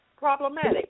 problematic